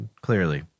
clearly